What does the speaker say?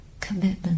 commitment